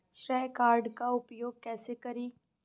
श्रेय कार्ड का उपयोग कैसे करें?